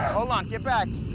hold on. get back.